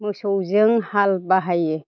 मोसौजों हाल बाहायो